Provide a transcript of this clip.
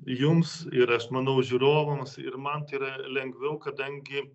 jums ir aš manau žiūrovams ir man tai yra lengviau kadangi